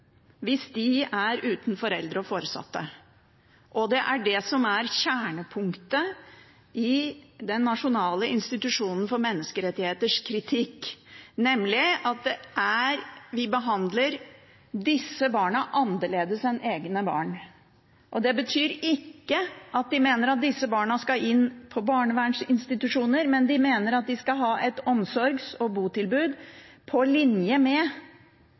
hvis de er uten foreldre og foresatte. Det er det som er kjernepunktet i Norges nasjonale institusjon for menneskerettigheters kritikk, nemlig at vi behandler disse barna annerledes enn egne barn. Det betyr ikke at de mener at disse barna skal inn på barnevernsinstitusjoner, men de mener at de skal ha et omsorgs- og botilbud på linje med